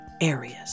areas